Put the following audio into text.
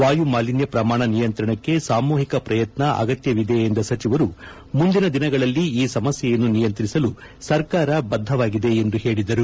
ವಾಯುಮಾಲಿನ್ಯ ಪ್ರಮಾಣ ನಿಯಂತ್ರಣಕ್ಕೆ ಸಾಮೂಹಿಕ ಪ್ರಯತ್ನ ಅಗತ್ಯವಿದೆ ಎಂದ ಸಚಿವರು ಮುಂದಿನ ದಿನಗಳಲ್ಲಿ ಈ ಸಮಸ್ಯೆಯನ್ನು ನಿಯಂತ್ರಿಸಲು ಸರ್ಕಾರ ಬದ್ದವಾಗಿದೆ ಎಂದು ಹೇಳಿದರು